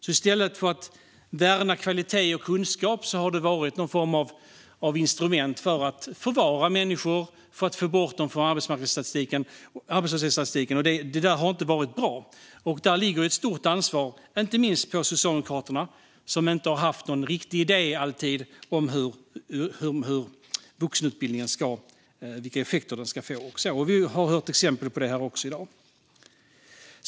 I stället för att värna kvalitet och kunskap har det varit någon form av instrument för att förvara människor för att få bort dem från arbetslöshetsstatistiken. Det har inte varit bra. Där ligger ett stort ansvar på inte minst Socialdemokraterna, som inte alltid har haft någon riktig idé om vilka effekter vuxenutbildningen ska få och så vidare. Vi har hört exempel på detta här i dag också.